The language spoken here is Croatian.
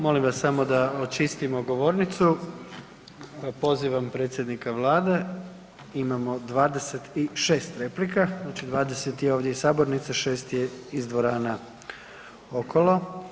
Molim vas samo da očistimo govornicu pa pozivam predsjednika Vlade, imamo 26 replika, znači 20 je ovdje iz sabornice, 6 je iz dvorana okolo.